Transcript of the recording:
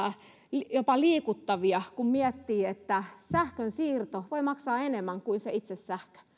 jopa liikuttavia kun miettii että sähkönsiirto voi maksaa enemmän kuin itse sähkö